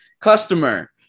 Customer